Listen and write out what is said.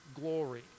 glory